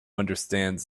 understands